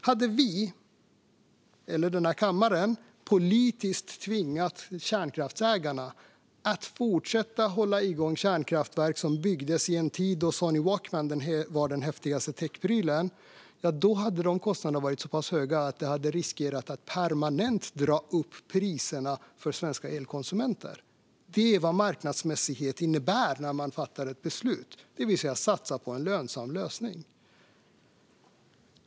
Om vi eller den här kammaren politiskt hade tvingat kärnkraftsägarna att fortsätta hålla igång kärnkraftverk som byggdes under en tid då Sony Walkman var den häftigaste techprylen hade kostnaderna för det varit så pass höga att det hade riskerat att permanent dra upp priserna för svenska elkonsumenter. Det är vad marknadsmässighet innebär när man fattar beslut, det vill säga att man satsar på en lönsam lösning.